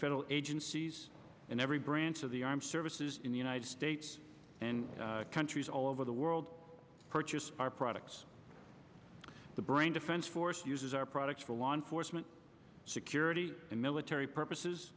federal in cities and every branch of the armed services in the united states and countries all over the world purchase our products the brain defense force uses our products for law enforcement security and military purposes